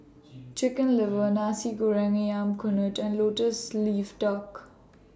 Chicken Liver Nasi Goreng Ayam Kunyit and Lotus Leaf Duck